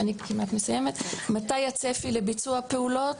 מתי הצפי לביצוע פעולות?